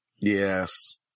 Yes